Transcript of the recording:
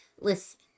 listen